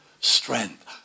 strength